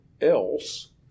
else